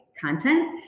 content